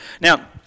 Now